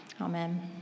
Amen